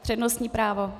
Přednostní právo.